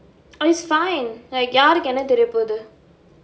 oh it's fine like யாருக்கு என்ன தெரிய போகுது:yaarukku enna theriya poguthu